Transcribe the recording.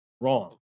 wrong